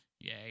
Yay